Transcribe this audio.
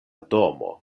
domo